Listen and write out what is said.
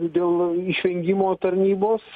dėl išvengimo tarnybos